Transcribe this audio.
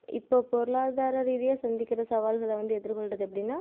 இப்போ பொருளாதார ரீதியாக சந்திக்கிற சவால்களை வந்து எதிர்கொள்கிறது எப்படின்னா